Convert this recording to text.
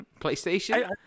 PlayStation